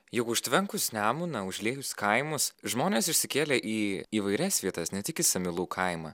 juk užtvenkus nemuną užliejus kaimus žmonės išsikėlė į įvairias vietas ne tik į samylų kaimą